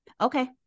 Okay